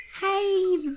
Hey